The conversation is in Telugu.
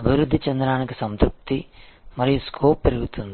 అభివృద్ధి చెందడానికి సంతృప్తి మరియు స్కోప్ పెరుగుతుంది